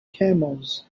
camels